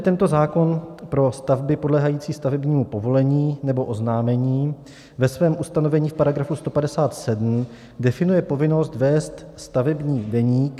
Tento zákon pro stavby podléhající stavebnímu povolení nebo oznámení ve svém ustanovení v § 157 definuje povinnost vést stavební deník.